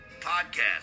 podcast